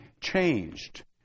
changed